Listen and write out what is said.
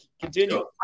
continue